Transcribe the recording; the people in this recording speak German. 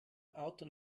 auto